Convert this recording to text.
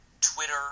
Twitter